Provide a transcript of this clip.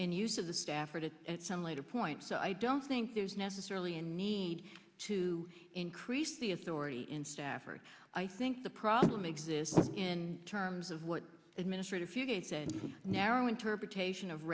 and use of the stafford act at some later point so i don't think there's necessarily a need to increase the authority in staff or i think the problem exists in terms of what administrative few days and narrow interpretation of